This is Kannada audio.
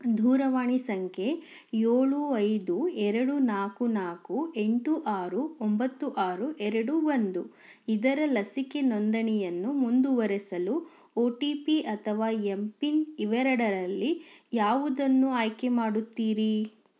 ದೂರವಾಣಿ ಸಂಖ್ಯೆ ಏಳು ಐದು ಎರಡು ನಾಲ್ಕು ನಾಲ್ಕು ಎಂಟು ಆರು ಒಂಬತ್ತು ಆರು ಎರಡು ಒಂದು ಇದರ ಲಸಿಕೆ ನೋಂದಣಿಯನ್ನು ಮುಂದುವರೆಸಲು ಒ ಟಿ ಪಿ ಅಥವಾ ಎಂ ಪಿನ್ ಇವೆರಡರಲ್ಲಿ ಯಾವುದನ್ನು ಆಯ್ಕೆ ಮಾಡುತ್ತೀರಿ